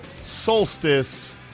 Solstice